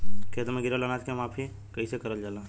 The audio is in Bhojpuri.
खेत में गिरल अनाज के माफ़ी कईसे करल जाला?